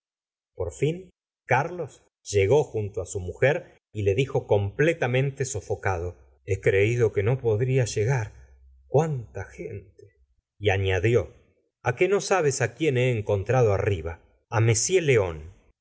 por fin carlos llegó junto á su mujer y le dijo completamente sofocado he creido no poder llegar cuánta gente y añadió f a que no sabes á quien he encontrado arriba a